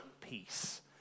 peace